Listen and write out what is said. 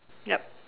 yup